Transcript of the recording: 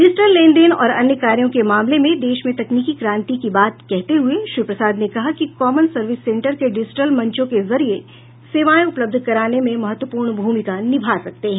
digital लेन देन और अन्य कार्यों के मामले में देश में तकनीकी क्रांति की बात कहते हुए श्री प्रसाद ने कहा कि कामन सर्विस सेंटर के डिजिटल मंचों के जरिये सेवाएं उपलब्ध कराने में महत्वपूर्ण भूमिका निभा सकते हैं